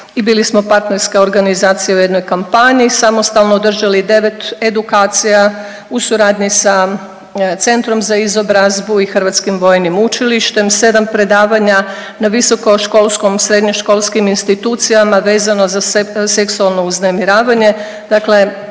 i bili smo partnerska organizacija u jednoj kampanji, samostalno održali 9 edukacija u suradnji sa centrom za izobrazbu i Hrvatskim vojnim učilištem, 7 predavanja na viskokoškolskom srednjoškolskim institucijama vezano za seksualno uznemiravanje